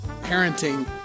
parenting